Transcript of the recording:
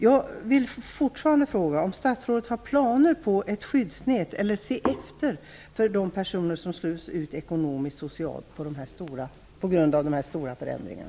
Jag vill fortfarande veta om statsrådet har planer på ett skyddsnät eller på att undersöka vilka som slås ut ekonomiskt och socialt på grund av dessa stora förändringar.